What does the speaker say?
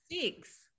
six